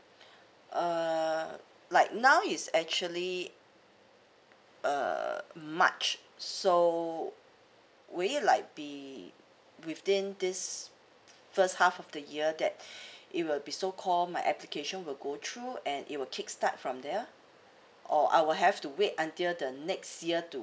err like now it's actually uh much so will it like be within this first half of the year that it will be so call my application will go through and it will kick start from there or I will have to wait until the next year to